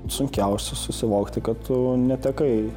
sunkiausia susivokti kad tu netekai